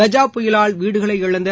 கஜ புயலால் வீடுகளை இழந்த